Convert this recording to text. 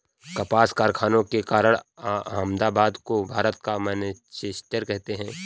कपास कारखानों के कारण अहमदाबाद को भारत का मैनचेस्टर कहते हैं